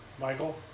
Michael